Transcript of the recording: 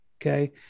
Okay